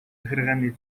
захиргааны